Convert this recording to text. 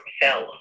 fell